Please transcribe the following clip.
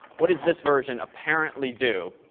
what does this version apparently do